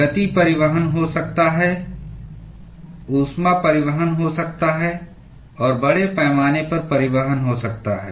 गति परिवहन हो सकता है ऊष्मा परिवहन हो सकता है और बड़े पैमाने पर परिवहन हो सकता है